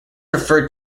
referred